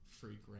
freak